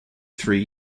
three